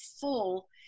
full